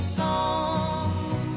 songs